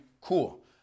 cool